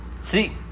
See